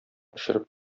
очырып